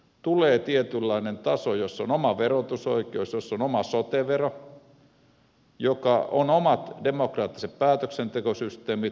tulee tietynlainen taso jossa on oma verotusoikeus jossa on oma sote vero jossa on omat demokraattiset päätöksentekosysteemit